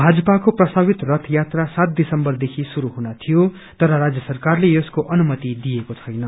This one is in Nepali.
भाजपाको प्रस्तावित रथ यात्रा सात दिसम्बरदेखि शुरू हुने थियो तर राज्य सरकारले यसको अनुमति दिएको छैन